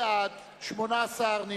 בעד, 8, נמנעים,